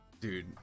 dude